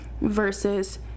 versus